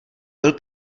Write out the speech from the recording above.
byl